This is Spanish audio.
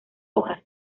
hojas